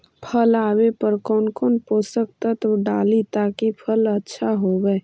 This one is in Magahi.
फल आबे पर कौन पोषक तत्ब डाली ताकि फल आछा होबे?